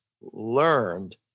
learned